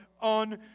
on